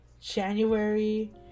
January